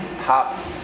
pop